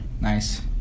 Nice